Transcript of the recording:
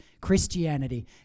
Christianity